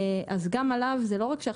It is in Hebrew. אז גם עליו האיסור חל,